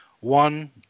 one